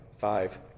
Five